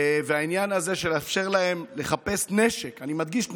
והעניין הזה של לאפשר להם לחפש נשק, אני מדגיש,